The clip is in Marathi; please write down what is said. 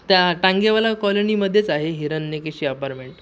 त्या टांगेवाला कॉलनीमध्येच आहे हिरण्यकेशी अपारमेंट